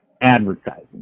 advertising